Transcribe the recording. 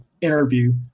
interview